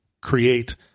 create